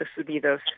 Subidos